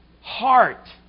Heart